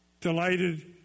delighted